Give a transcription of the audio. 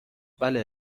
بله